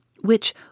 which